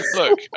look